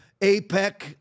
APEC